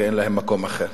כי אין להם מקום אחר.